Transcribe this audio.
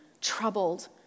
troubled